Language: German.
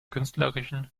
künstlerischen